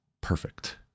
perfect